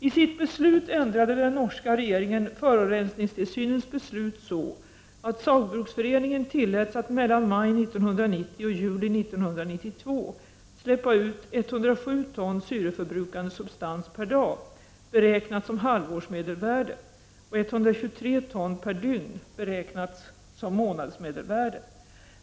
I sitt beslut ändrade den norska regeringen forurensningstilsynens beslut så, att Saugbrugsforcningen tilläts att mellan maj 1990 och juli 1992 släppa ut 107 ton syreförbrukande substans per dag beräknat som halvårsmedelvärde och 123 ton per dygn beräknat som månadsmedelvärde.